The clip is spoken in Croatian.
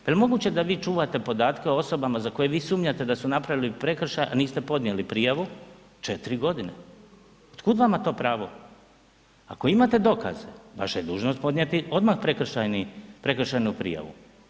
Pa jel moguće da vi čuvate podatke o osobama za koje vi sumnjate da su napravili prekršaj, a niste podnijeli prijavu 4 godine, od kud vama to pravo, ako imate dokaze, vaša je dužnost podnijeti odmah prekršajnu prijavu.